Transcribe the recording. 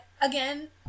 Again